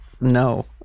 no